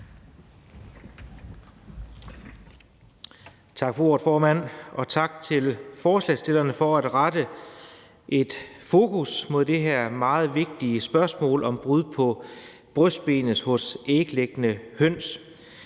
Tak for ordet, formand. Og tak til forslagsstillerne for at rette et fokus på det her meget vigtige spørgsmål om brud på brystbenet hos æglæggende høns.